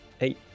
eight